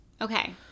Okay